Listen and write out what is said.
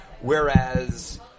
whereas